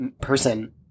person